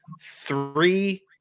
three